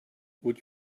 would